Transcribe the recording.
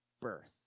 birth